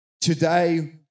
Today